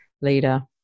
leader